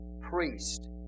priest